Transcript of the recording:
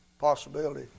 possibility